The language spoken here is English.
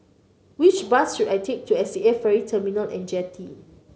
which bus should I take to S A Ferry Terminal and Jetty